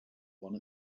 one